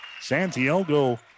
Santiago